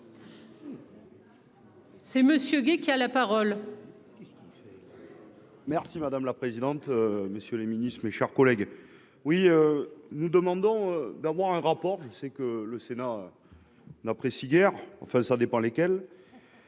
C'est monsieur Guy qui a la parole. Ce qu'on fait. Merci madame la présidente. Messieurs les ministres, mes chers collègues. Oui, nous demandons d'avoir un rapport, je sais que le Sénat. N'apprécie guère, enfin ça dépend lesquels.